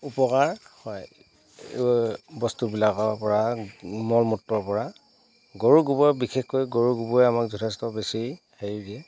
উপকাৰ হয় বস্তুবিলাকৰ পৰা মল মূত্ৰৰ পৰা গৰুৰ গোবৰ বিশেষকৈ গৰুৰ গোবৰে আমাক যথেষ্ট বেছি হেৰি দিয়ে